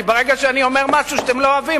כי ברגע שאני אומר משהו שאתם לא אוהבים,